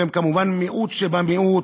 והם כמובן מיעוט שבמיעוט,